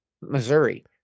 Missouri